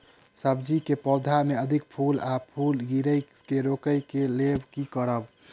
सब्जी कऽ पौधा मे अधिक फूल आ फूल गिरय केँ रोकय कऽ लेल की करब?